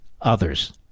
others